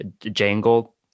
Jangle